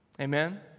Amen